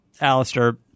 Alistair